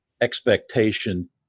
expectation